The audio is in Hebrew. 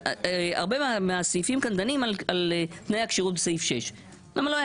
הרבה מהסעיפים כאן דנים על תנאי הכשירות בסעיף 6. למה לא היה